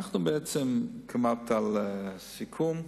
אנחנו בעצם כמעט על סף סיכום.